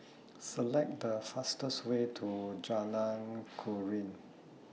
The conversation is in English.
Select The fastest Way to Jalan Keruing